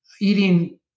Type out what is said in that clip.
eating